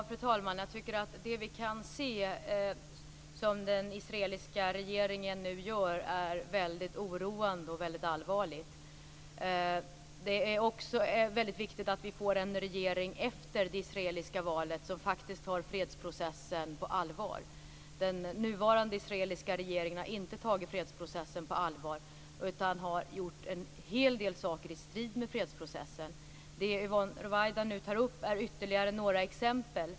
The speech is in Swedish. Fru talman! Det som den israeliska regeringen nu gör är väldigt oroande och väldigt allvarligt. Det är viktigt att det blir en regering efter det israeliska valet som tar fredsprocessen på allvar. Den nuvarande israeliska regeringen har inte gjort det, utan man har gjort en hel del saker i strid med fredsprocessen. Det som Yvonne Ruwaida tog upp är ett ytterligare exempel.